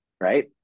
right